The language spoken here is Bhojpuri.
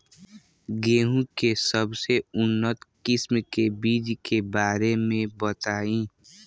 गेहूँ के सबसे उन्नत किस्म के बिज के बारे में बताई?